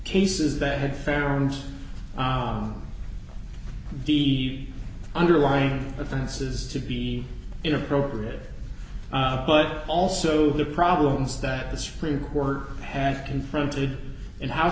cases that had found the underlying offenses to be inappropriate but also the problems that the supreme court had confronted in house